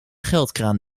geldkraan